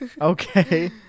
Okay